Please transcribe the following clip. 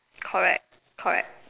correct correct